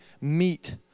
meet